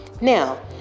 now